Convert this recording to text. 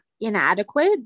inadequate